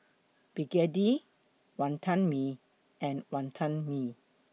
Begedil Wantan Mee and Wonton Mee